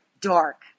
Dark